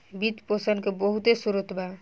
वित्त पोषण के बहुते स्रोत बा